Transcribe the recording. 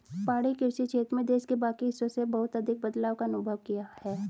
पहाड़ी कृषि क्षेत्र में देश के बाकी हिस्सों से बहुत अधिक बदलाव का अनुभव किया है